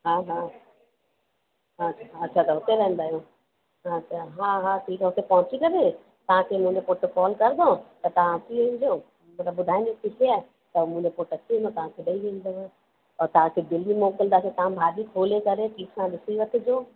हा हा अच्छा अच्छा त हुते रहंदा आहियो अच्छा हा हा ठीकु आहे हुते पहुंची करे तव्हांखे मुंहिंजो पुटु फ़ोन करदव त तव्हां अची वञो न त ॿुधाइजो किथे आहे त मुंहिंजो पुटु अची वेंदो तव्हांखे ॾई वेंदव और तव्हांखे डेली मोकिलदासीं तव्हां भाॼी खोले करे ठीकु सां ॾिसी वठिजो